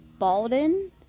Balden